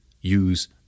use